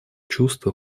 чувство